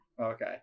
Okay